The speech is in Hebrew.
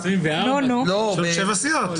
יש לנו שבע סיעות.